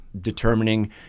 determining